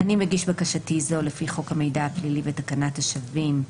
"אני מגיש בקשתי זו לפי חוק המידע הפלילי ותקנת השבים,